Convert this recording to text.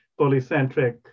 polycentric